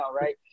right